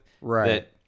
right